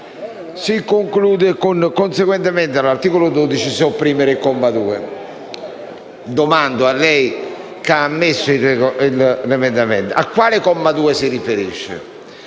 si conclude con: «Conseguentemente, all'articolo 12 sopprimere il comma 2*».* Domando a lei, che ha ammesso l'emendamento: a quale comma 2 si riferisce?